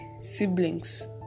siblings